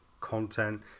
content